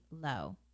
low